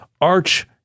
arch